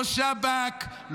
לא שב"כ,